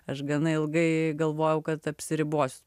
aš gana ilgai galvojau kad apsiribos